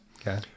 okay